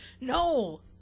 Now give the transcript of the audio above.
No